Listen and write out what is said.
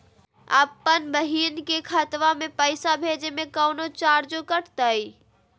अपन बहिन के खतवा में पैसा भेजे में कौनो चार्जो कटतई?